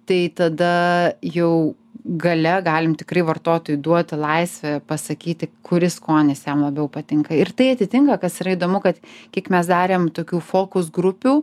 tai tada jau gale galim tikrai vartotojui duoti laisvę pasakyti kuris skonis jam labiau patinka ir tai atitinka kas yra įdomu kad kiek mes darėme tokių fokus grupių